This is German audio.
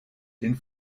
den